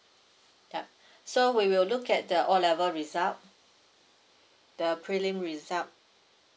yup so we will look at the O level result the prelim result